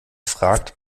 fragt